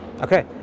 Okay